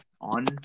on